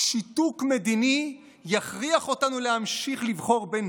"שיתוק מדיני יכריח אותנו להמשיך לבחור בין